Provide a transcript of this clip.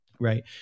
Right